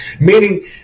meaning